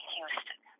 Houston